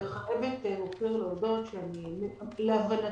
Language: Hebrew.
אני חייבת להודות שלהבנתי,